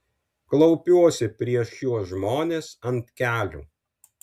klaupiuosi prieš šiuos žmones ant kelių